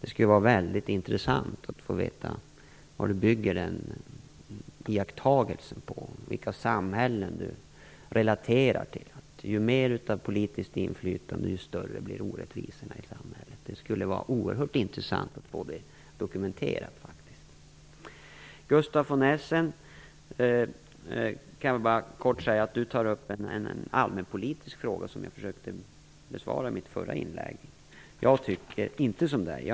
Det skulle vara väldigt intressant att få veta vad han bygger den iakttagelsen på, vilka samhällen han relaterar till. Han säger att ju mer av politiskt inflytande som finns i samhället desto större blir orättvisorna. Det skulle vara oerhört intressant att få det dokumenterat. Gustav von Essen tar upp en allmänpolitisk fråga som jag försökte besvara i mitt förra anförande. Jag håller inte med honom.